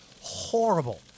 horrible